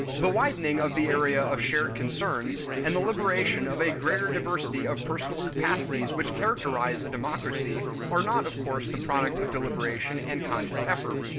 the widening of the area of shared concerns, and the liberation of a greater diversity of personal capacities which characterize a democracy, are not of course the product of deliberation and conscious effort.